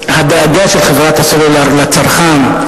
שהדאגה של חברות הסלולר לצרכן,